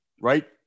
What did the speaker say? right